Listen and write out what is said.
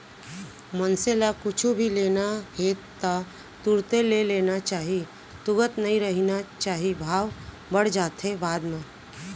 मनसे ल कुछु भी लेना हे ता तुरते ले लेना चाही तुगत नइ रहिना चाही भाव बड़ जाथे बाद म